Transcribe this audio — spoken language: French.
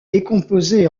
décomposé